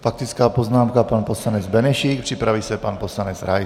Faktická poznámka, pan poslanec Benešík, připraví se pan poslanec Rais.